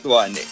one